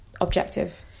objective